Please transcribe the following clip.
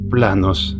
Planos